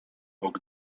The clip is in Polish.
bóg